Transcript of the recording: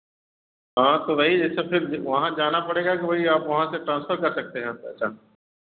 हाँ तो भाई ऐसा फिर वहाँ जाना पड़ेगा कि भई आप वहाँ से ट्रांसफर कर सकते हैं पैसा